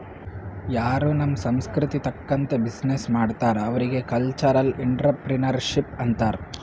ಯಾರೂ ನಮ್ ಸಂಸ್ಕೃತಿ ತಕಂತ್ತೆ ಬಿಸಿನ್ನೆಸ್ ಮಾಡ್ತಾರ್ ಅವ್ರಿಗ ಕಲ್ಚರಲ್ ಇಂಟ್ರಪ್ರಿನರ್ಶಿಪ್ ಅಂತಾರ್